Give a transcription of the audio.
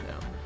now